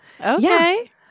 Okay